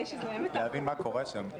מה שאנחנו מביאים מבחינת החוק,